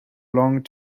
long